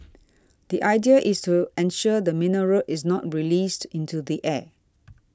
the idea is to ensure the mineral is not released into the air